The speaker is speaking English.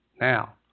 now